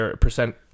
percent